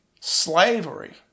Slavery